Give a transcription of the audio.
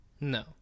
No